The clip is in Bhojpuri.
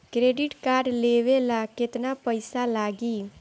क्रेडिट कार्ड लेवे ला केतना पइसा लागी?